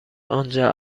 آنجا